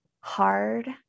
hard